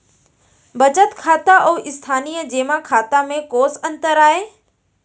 बचत खाता अऊ स्थानीय जेमा खाता में कोस अंतर आय?